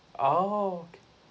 oh okay